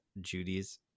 Judy's